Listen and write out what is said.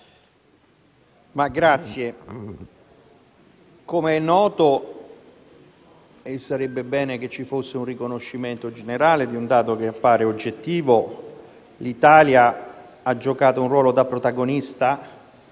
Presidente, come è noto e sarebbe bene che ci fosse un riconoscimento generale di un dato che appare oggettivo, l'Italia ha giocato un ruolo da protagonista